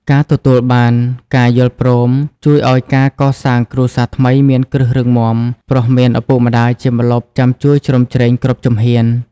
ការទទួលបានការយល់ព្រមជួយឱ្យការកសាងគ្រួសារថ្មីមានគ្រឹះរឹងមាំ ព្រោះមានឪពុកម្ដាយជាម្លប់ចាំជួយជ្រោមជ្រែងគ្រប់ជំហាន។